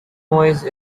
noise